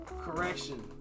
Correction